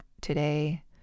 today